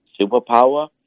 superpower